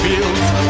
fields